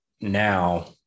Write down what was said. now